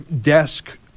desk